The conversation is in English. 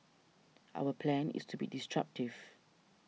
our plan is to be disruptive